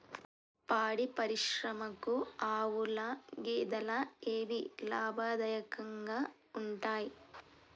పాడి పరిశ్రమకు ఆవుల, గేదెల ఏవి లాభదాయకంగా ఉంటయ్?